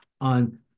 on